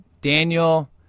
Daniel